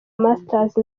masters